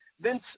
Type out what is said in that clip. Vince